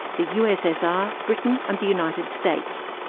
the ussr, britain and the united states.